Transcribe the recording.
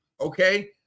Okay